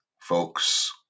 folks